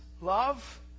love